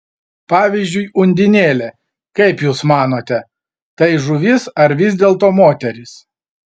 pavyzdžiui undinėlė kaip jūs manote tai žuvis ar vis dėlto moteris